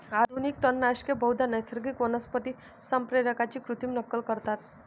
आधुनिक तणनाशके बहुधा नैसर्गिक वनस्पती संप्रेरकांची कृत्रिम नक्कल करतात